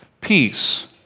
peace